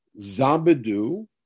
Zabadu